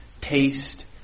taste